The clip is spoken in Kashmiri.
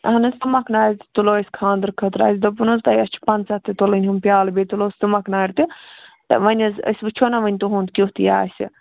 اَہَن حظ تُمبکھ نارِ تُلو أسۍ خانٛدرٕ خٲطرٕ اَسہِ دوٚپُو نہ حظ تۄہہِ اَسہِ چھُ پَنٛژاہ تہِ تُلٕنۍ یِم پیٛالہٕ بیٚیہِ تُلَو تُمبکھ نارِ تہِ تہٕ وۅنۍ حظ أسۍ وُچھو نہ وۅنۍ تُہُنٛد کیُتھ یہِ آسہِ